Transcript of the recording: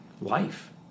life